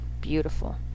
Beautiful